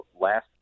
last